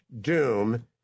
doom